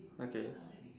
okay